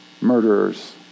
murderers